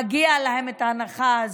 מגיעה להם ההנחה הזו.